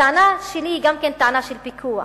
הטענה שלי היא גם כן טענה של פיקוח.